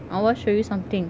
I want to show you something